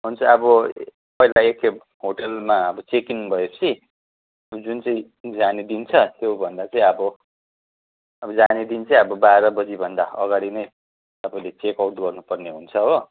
हुन्छ अब पहिला एक खेप होटेलमा अबबो चेक इन भएपछि जुन चाहिँ जाने दिन छ त्योभन्दा चाहिँ अब अब जाने दिन चाहिँ अब बाह्र बजीभन्दा अगाडि नै तपाईँले चेक आउट गर्नु पर्ने हुन्छ हो